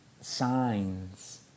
signs